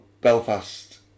Belfast